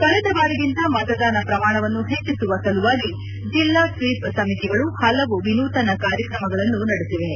ಕಳೆದ ಬಾರಿಗಿಂತ ಮತದಾನ ಪ್ರಮಾಣವನ್ನು ಹೆಚ್ಚಿಸುವ ಸಲುವಾಗಿ ಜಿಲ್ಲಾ ಸ್ವೀಪ್ ಸಮಿತಿಗಳು ಹಲವು ವಿನೂತನ ಕಾರ್ಯಕ್ರಮಗಳನ್ನು ನಡೆಸಿವೆ